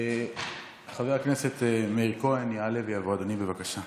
חבר הכנסת מאיר כהן, יעלה ויבוא אדוני, בבקשה.